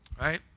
right